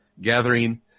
gathering